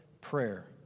prayer